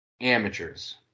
Amateurs